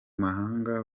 mahanga